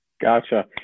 Gotcha